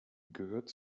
gehört